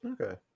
okay